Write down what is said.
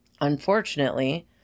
Unfortunately